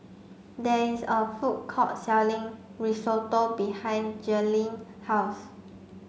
there is a food court selling Risotto behind Jerrilyn's house